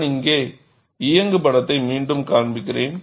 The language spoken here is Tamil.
நான் இங்கே இயங்குப்படத்தை மீண்டும் காண்பிக்கிறேன்